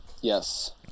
yes